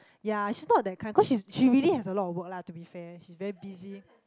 ya she's not that kind cause she she really has a lot of work lah to be fair she's very busy